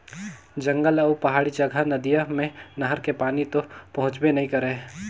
जंगल अउ पहाड़ी जघा नदिया मे नहर के पानी तो पहुंचबे नइ करय